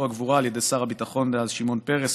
הגבורה על ידי שר הביטחון דאז שמעון פרס,